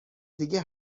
دیگه